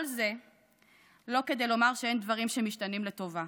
כל זה לא כדי לומר שאין דברים שמשתנים לטובה.